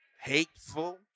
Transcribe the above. hateful